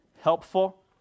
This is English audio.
Helpful